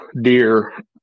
deer